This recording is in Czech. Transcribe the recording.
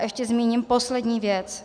Ještě zmíním poslední věc.